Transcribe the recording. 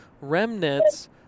remnants